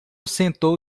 sentou